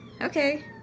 okay